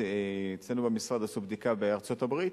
אצלנו במשרד עשו בדיקה בארצות-הברית.